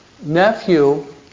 nephew